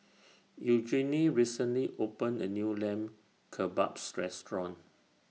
Eugenie recently opened A New Lamb Kebabs Restaurant